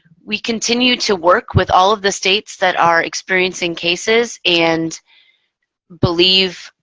we continue to work with all of the states that are experiencing cases and believe